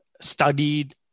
studied